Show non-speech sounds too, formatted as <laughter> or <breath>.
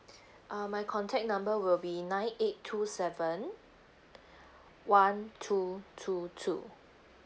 uh my contact number will be nine eight two seven <breath> one two two two